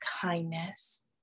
kindness